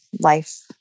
life